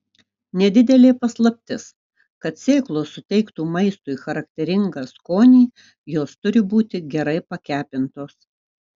nedidelė paslaptis kad sėklos suteiktų maistui charakteringą skonį jos turi būti gerai pakepintos